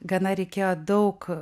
gana reikėjo daug